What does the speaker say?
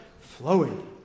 flowing